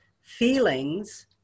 feelings